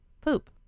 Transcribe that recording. Poop